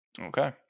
Okay